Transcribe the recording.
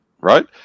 Right